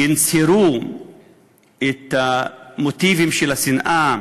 ינצרו את המוטיבים של השנאה